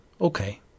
Okay